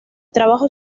trabajo